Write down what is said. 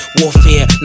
warfare